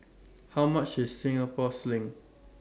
How much IS Singapore Sling